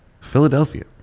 Philadelphia